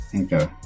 okay